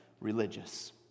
religious